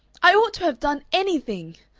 i ought to have done anything!